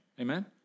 Amen